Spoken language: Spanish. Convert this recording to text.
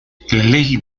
ley